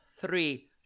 Three